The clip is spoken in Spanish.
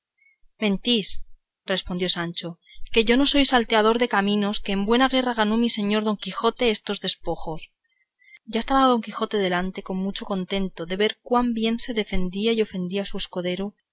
mentís respondió sancho que yo no soy salteador de caminos que en buena guerra ganó mi señor don quijote estos despojos ya estaba don quijote delante con mucho contento de ver cuán bien se defendía y ofendía su